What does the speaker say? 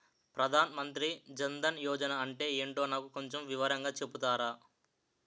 ప్రధాన్ మంత్రి జన్ దన్ యోజన అంటే ఏంటో నాకు కొంచెం వివరంగా చెపుతారా?